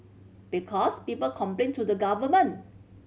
because people complain to the government